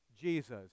Jesus